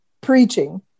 preaching